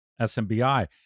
SMBI